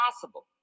possible